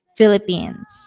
Philippines